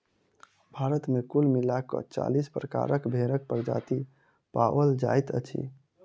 भारत मे कुल मिला क चालीस प्रकारक भेंड़क प्रजाति पाओल जाइत अछि